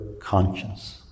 conscience